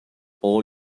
all